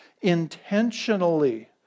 Intentionally